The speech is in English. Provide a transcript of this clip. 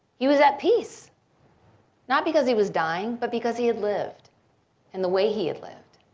he was at peace not because he was dying, but because he had lived and the way he had lived.